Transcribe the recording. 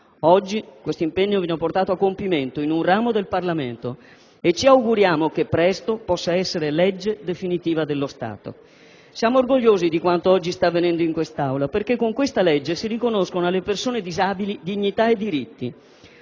Oggi questo impegno viene portato a compimento in un ramo del Parlamento e ci auguriamo che possa presto diventare legge definitiva dello Stato. Siamo orgogliosi di quanto oggi sta avvenendo in quest'Aula, perché con questo provvedimento si riconoscono alle persone disabili dignità e diritti.